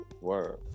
Word